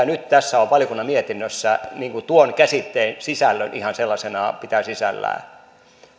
nyt on tässä valiokunnan mietinnössä tuon käsitteen sisällön ihan sellaisenaan pitää sisällään